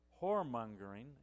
whoremongering